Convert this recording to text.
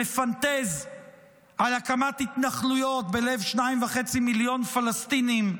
שמפנטז על הקמת התנחלויות בלב 2.5 מיליון פלסטינים,